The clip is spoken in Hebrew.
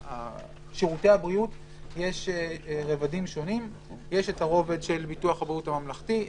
יש הרובד של ביטוח הבריאות הממלכתי,